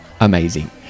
amazing